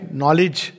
knowledge